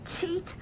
cheat